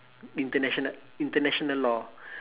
international international law